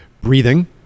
breathing